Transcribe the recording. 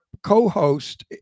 co-host